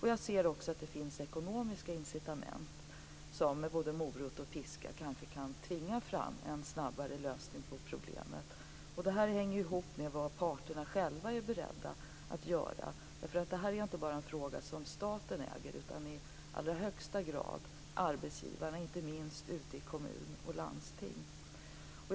Jag ser att det finns ekonomiska incitament, vilka som både morot och piska kan tvinga fram en snabbare lösning på problemet. Det hänger ihop med vad parterna själva är beredda är göra. Det är inte bara en fråga som staten äger utan i allra högsta grad arbetsgivarna, inte minst ute i kommuner och landsting.